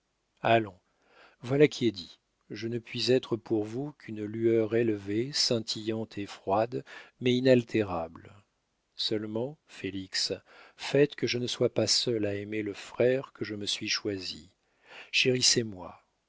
allons voilà qui est dit je ne puis être pour vous qu'une lueur élevée scintillante et froide mais inaltérable seulement félix faites que je ne sois pas seule à aimer le frère que je me suis choisi chérissez moi